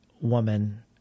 woman